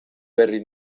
berri